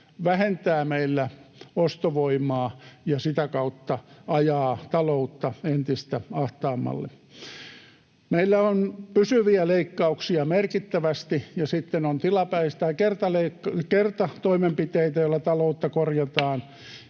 vähentää meillä ostovoimaa ja sitä kautta ajaa taloutta entistä ahtaammalle. Meillä on pysyviä leikkauksia merkittävästi ja sitten on kertatoimenpiteitä, joilla taloutta korjataan,